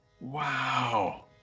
Wow